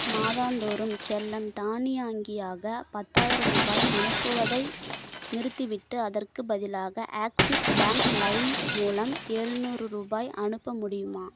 மாதாந்தோறும் செல்லம் தானியாங்கியாக பத்தாயிரம் ரூபாய் அனுப்புவதை நிறுத்திவிட்டு அதற்குப் பதிலாக ஆக்ஸிஸ் பேங்க் க்ளைம் மூலம் ஏழ்நூறு ரூபாய் அனுப்ப முடியுமா